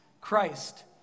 Christ